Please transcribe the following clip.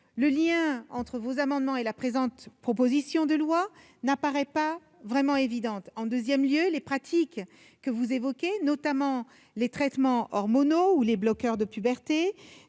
Le lien entre ces amendements et la présente proposition de loi n'apparaît donc pas évident. Ensuite, les pratiques que vous évoquez, notamment les traitements hormonaux ou les bloqueurs de puberté,